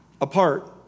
apart